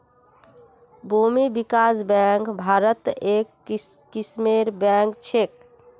भूमि विकास बैंक भारत्त एक किस्मेर बैंक छेक